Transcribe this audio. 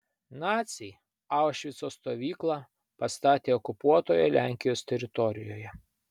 naciai aušvico stovyklą pastatė okupuotoje lenkijos teritorijoje